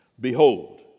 Behold